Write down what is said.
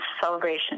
Celebration